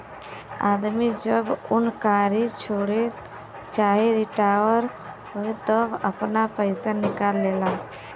आदमी जब नउकरी छोड़े चाहे रिटाअर होए तब आपन पइसा निकाल लेला